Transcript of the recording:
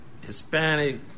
Hispanic